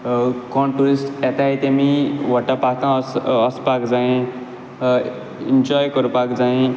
कोण ट्युरिस्ट येताय तेमी वोटरपार्कां वचपाक जायें इन्जॉय करपाक जायें